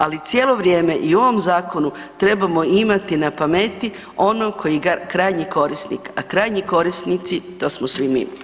Ali cijelo vrijeme i u ovom zakonu trebamo imati na pameti ono koji je krajnji korisnik, a krajnji korisnici to smo svi mi.